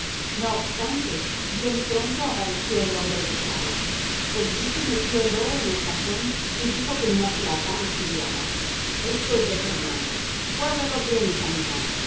no obstante bien pronto apareció el hombre educado el duque metió el oro en el cajón y dijo con una frialdad estudiada esto es de germana guárdalo bien hija mía